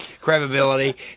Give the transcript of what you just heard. Credibility